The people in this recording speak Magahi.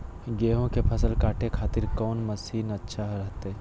गेहूं के फसल काटे खातिर कौन मसीन अच्छा रहतय?